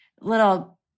little